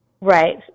Right